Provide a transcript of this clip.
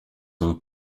ont